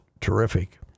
terrific